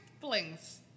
flings